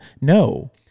no